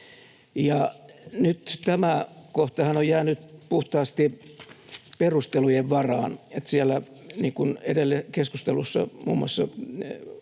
tämä kohtahan on jäänyt puhtaasti perustelujen varaan.